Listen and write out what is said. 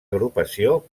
agrupació